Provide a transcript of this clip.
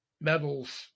Medals